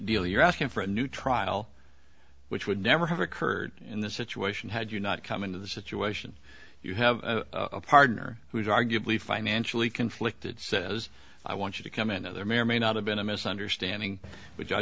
deal you're asking for a new trial which would never have occurred in this situation had you not come into the situation you have a partner who is arguably financially conflicted says i want you to come in and there may or may not have been a misunderstanding with